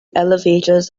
elevators